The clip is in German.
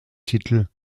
titel